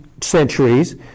centuries